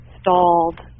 stalled